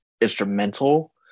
instrumental